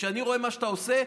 וכשאני רואה מה שאתה עושה,